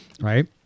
right